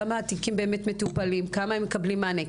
כמה התיקים באמת מטופלים וכמה הם מקבלים מענה.